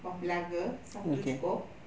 buah pelaga satu cukup